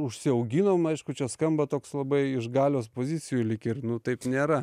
užsiauginom aišku čia skamba toks labai iš galios pozicijų lyg ir nu taip nėra